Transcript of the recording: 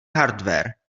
hardware